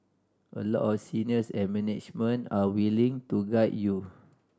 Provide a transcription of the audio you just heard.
a lot of seniors and management are willing to guide you